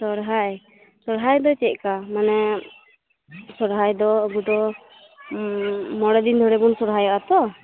ᱥᱚᱨᱦᱟᱭ ᱥᱚᱨᱦᱟᱭ ᱫᱚ ᱪᱮᱫᱞᱮᱠᱟ ᱢᱟᱱᱮ ᱥᱚᱨᱦᱟᱭ ᱫᱚ ᱟᱵᱫᱚ ᱢᱚᱬᱮ ᱫᱤᱱ ᱫᱷᱚᱨᱮ ᱵᱚᱱ ᱥᱚᱨᱦᱟᱭᱚᱜᱼᱟ ᱛᱚ